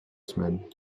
semaines